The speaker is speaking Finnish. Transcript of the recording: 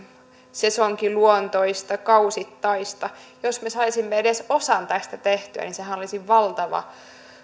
sesonkiluontoista kausittaista jos me saisimme edes osan tästä tehtyä niin sehän olisi valtava